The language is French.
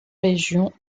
régions